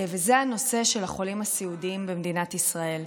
וזה הנושא של החולים הסיעודיים במדינת ישראל.